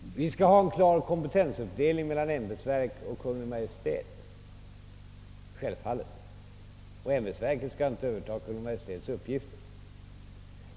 Herr talman! Vi skall självfallet ha en klar kompetensfördelning mellan ämbetsverk och Kungl. Maj:t, och ämbetsverket skall inte överta Kungl. Maj:ts uppgifter.